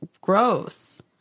gross